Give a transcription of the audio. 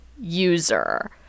user